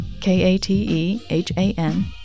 K-A-T-E-H-A-N